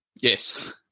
Yes